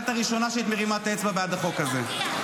הראשונה שהייתה מרימה את האצבע בעד החוק הזה.